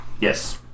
Yes